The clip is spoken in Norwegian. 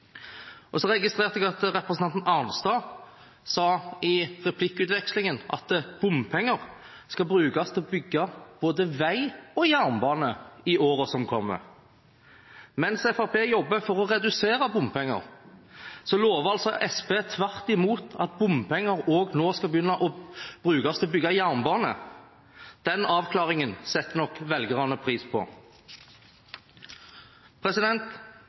Så registrerte jeg at representanten Arnstad sa i replikkvekslingen at bompenger skal brukes til å bygge både vei og jernbane i årene som kommer. Mens Fremskrittspartiet jobber for å redusere bompenger, lover altså Senterpartiet tvert imot at bompenger nå også skal brukes til å bygge jernbane. Den avklaringen setter nok velgerne pris på.